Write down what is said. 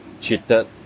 cheated